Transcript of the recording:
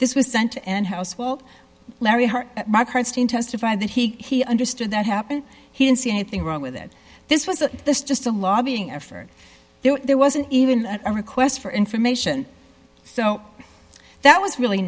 this was sent and household larry hart testified that he understood that happen he didn't see anything wrong with it this was a this just a lobbying effort there wasn't even a request for information so that was really